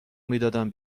میدادم